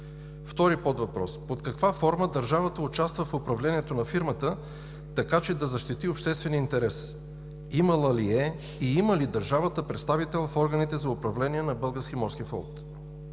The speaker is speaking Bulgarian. Втори подвъпрос: под каква форма държавата участва в управлението на фирмата, така че да защити обществения интерес? Имала ли е и има ли държавата представител в органите за управление на